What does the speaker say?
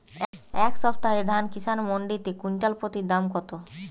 এই সপ্তাহে ধান কিষান মন্ডিতে কুইন্টাল প্রতি দাম কত?